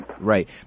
Right